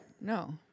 No